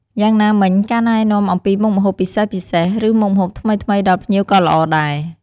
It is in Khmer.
យ៉ាងណាមិញការណែនាំអំពីមុខម្ហូបពិសេសៗ ឬមុខម្ហូបថ្មីៗដល់ភ្ញៀវក៏ល្អដែរ។